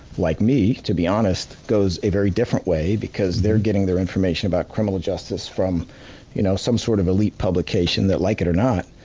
like me to be honest, goes a very different way, because they're getting their information about criminal justice from you know some sort of elite publication that, like it or not,